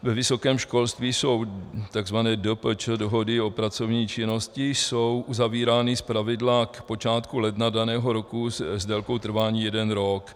Ve vysokém školství jsou takzvané DPČ, dohody o pracovní činnosti, uzavírány zpravidla na počátku ledna daného roku s délkou trvání jeden rok.